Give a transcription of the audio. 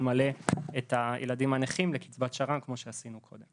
מלא את הילדים הנכים לקצבת שר"מ כמו שעשינו קודם.